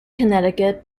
connecticut